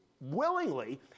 willingly